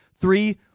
Three